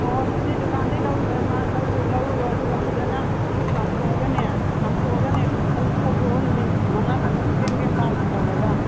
ꯍꯣꯏ ꯍꯣꯏ ꯑꯗꯨꯗꯤ ꯗꯨꯀꯥꯟꯗꯩ ꯂꯧꯔꯨꯔꯣ ꯑꯗꯨꯒ ꯐꯖꯅ ꯆꯥꯝꯊꯣꯛꯂꯒꯅꯦ ꯆꯥꯝꯊꯣꯛꯂꯒꯅꯦ ꯐꯧꯗꯣꯛꯑꯣ ꯅꯨꯃꯤꯠ ꯃꯉꯥ ꯇꯔꯨꯛꯅꯤ ꯒ꯭ꯔꯦꯝ ꯒ꯭ꯔꯦꯃ ꯂꯥꯎꯅ ꯇꯧꯔꯒ